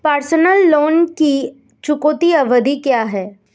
Personal loan की चुकौती अवधि क्या है?